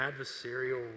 adversarial